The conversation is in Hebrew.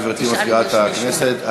גברתי מזכירת הכנסת.